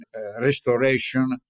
restoration